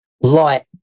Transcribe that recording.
light